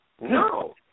No